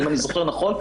אם אני זוכר נכון,